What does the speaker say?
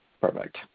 Perfect